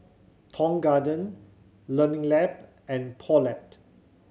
Tong Garden Learning Lab and Poulet